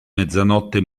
mezzanotte